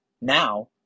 now